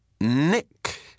Nick